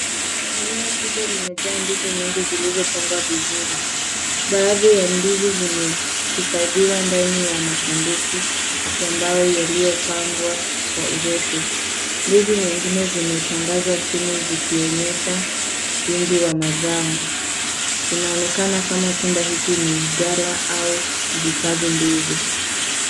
Eneo kubwa limejaa ndizi nyingi zilizopangwa vizuri. Baadhi ya ndizi zimehifadhiwa ndani ya masanduku ambayo yaliyopangwa kwa urefu. Ndizi nyingine zimetandazwa chini zikionyesha wingi wa mazao. Inaonekana kama chumba hiki ni ghala au kuhifadhi ndizi.